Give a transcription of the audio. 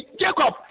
jacob